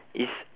it's